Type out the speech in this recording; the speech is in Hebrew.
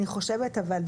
אני חושבת אבל,